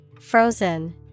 Frozen